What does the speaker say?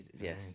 Yes